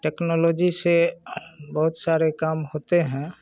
technology से बहुत सारे काम होते हैं